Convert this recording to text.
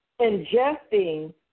ingesting